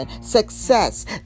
success